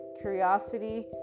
curiosity